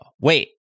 wait